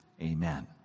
Amen